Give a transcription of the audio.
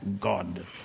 God